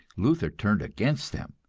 luther turned against them,